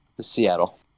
Seattle